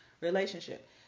relationship